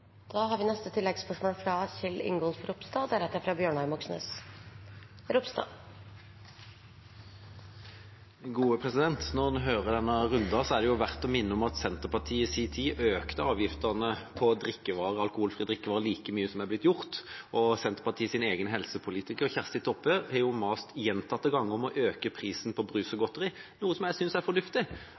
Kjell Ingolf Ropstad – til oppfølgingsspørsmål. Når en hører denne runden, er det verdt å minne om at Senterpartiet i sin tid økte avgiftene på alkoholfrie drikkevarer like mye som det er blitt gjort, og Senterpartiets egen helsepolitiker, Kjersti Toppe, har gjentatte ganger mast om å øke prisen på brus og godteri, noe som jeg synes er